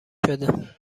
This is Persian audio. شده